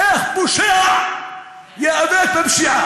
איך פושע ייאבק בפשיעה?